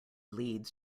leads